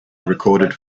recorded